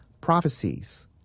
prophecies